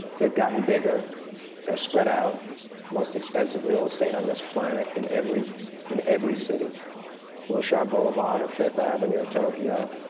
they've gotten bigger they're spread out. the most expensive real estate on this planet in every in every city wilshire boulevard, or fifth avenue, or tokyo,